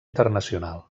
internacional